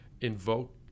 invoke